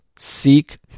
Seek